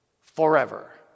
forever